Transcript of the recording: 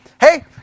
Hey